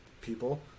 people